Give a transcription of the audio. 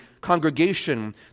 congregation